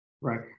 Right